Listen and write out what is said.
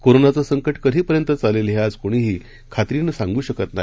करोनाचे संकट कधीपर्यंत चालेल हे आज कुणीही खात्रीनं सांगू शकत नाही